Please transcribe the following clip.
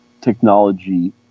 technology